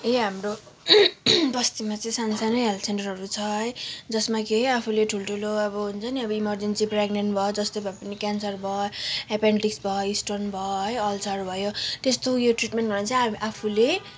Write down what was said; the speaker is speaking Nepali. ए हाम्रो बस्तीमा चाहिँ सानो सानो हेल्थ सेन्टरहरू छ है जसमा कि है आफूले ठुलो ठुलो अब हुन्छ नि अब इमर्जेन्सी प्रेगनेन्ट भयो जस्तै भए पनि क्यानसर भयो एप्पेन्डिक्स भयो स्टोन भयो है अल्सर भयो त्यस्तो उयो ट्रिटमेन्टहरू चाहिँ अब आफूले